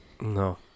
No